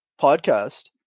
podcast